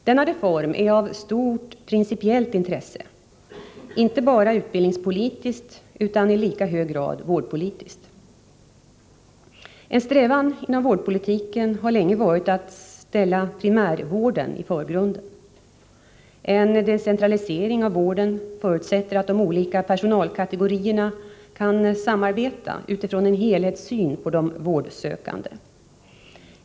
Denna reform är av stort principiellt intresse, inte bara utbildningspolitiskt utan i lika hög grad vårdpolitiskt. En strävan i vårdpolitiken har länge varit att ställa primärvården i förgrunden. En decentralisering av vården förutsätter att de olika personalkategorierna kan samarbeta utifrån en helhetssyn på de vårdsökande.